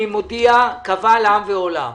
אני מודיע קבל עם ועולם,